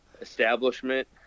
establishment